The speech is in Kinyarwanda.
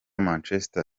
manchester